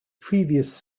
previous